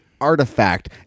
artifact—